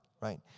right